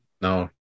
no